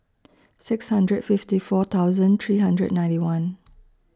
six hundred fifty four thousand three hundred ninety one